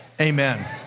Amen